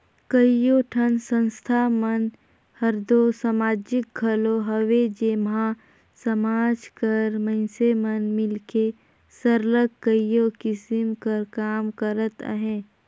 कइयो ठन संस्था मन हर दो समाजिक घलो हवे जेम्हां समाज कर मइनसे मन मिलके सरलग कइयो किसिम कर काम करत अहें